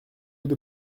vous